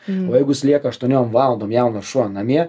o jeigu jis lieka aštuoniom valandom jaunas šuo namie